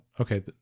okay